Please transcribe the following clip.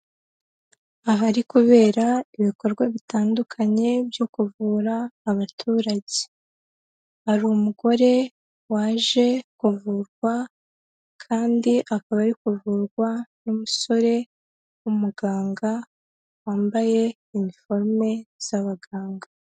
Ahari kubera ibikorwa bitandukanye byo kuvura abaturage. Hari umugore waje kuvurwa kandi akaba ari kuvurwa n'umusore w'umuganga wambaye iniforume z'abaganga.